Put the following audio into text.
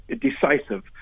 decisive